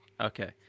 Okay